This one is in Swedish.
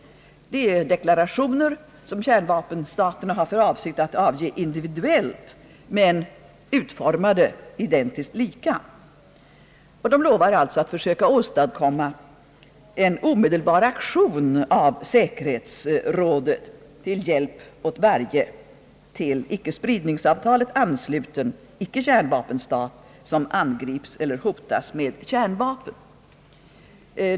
Detta är deklarationer som kärnvapenstaterna har för avsikt att avge individuellt men utformade identiskt lika. De lovar alltså att försöka åstadkomma en omedelbar aktion av säkerhetsrådet till hjälp åt varje till icke-spridnings-avtalet ansluten ickekärnvapenstat som angrips med eller hotas av kärnvapen.